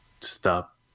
stop